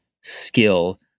skill